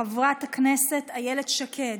חברת הכנסת איילת שקד,